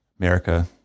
America